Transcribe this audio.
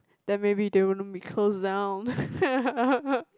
then maybe they won't be closed down